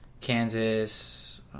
Kansas